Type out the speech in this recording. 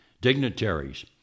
dignitaries